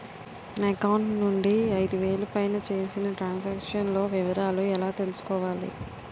నా అకౌంట్ నుండి ఐదు వేలు పైన చేసిన త్రం సాంక్షన్ లో వివరాలు ఎలా తెలుసుకోవాలి?